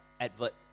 advert